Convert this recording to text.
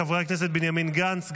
חברי הכנסת בנימין גנץ,